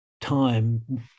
time